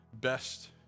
best